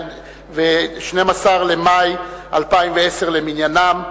12 במאי 2010 למניינם.